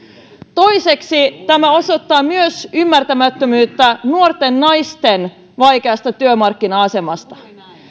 toiseksi tämä osoittaa myös ymmärtämättömyyttä nuorten naisten vaikeasta työmarkkina asemasta